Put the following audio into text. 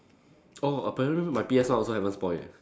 oh apparently my P_S one also haven't spoil eh